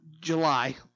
July